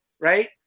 right